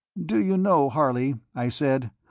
do you know, harley, i said,